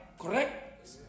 Correct